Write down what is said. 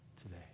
today